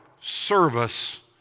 service